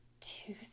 two